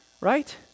right